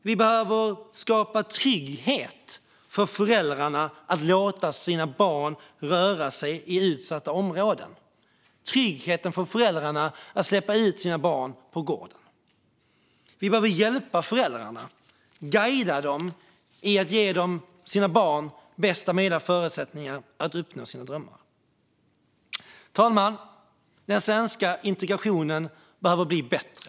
Vi behöver också skapa trygghet för föräldrar när det gäller att låta sina barn röra sig i utsatta områden och släppa ut dem på gården. Vi behöver hjälpa föräldrarna och guida dem i att ge barnen bästa möjliga förutsättningar att uppnå sina drömmar. Fru talman! Den svenska integrationen behöver bli bättre.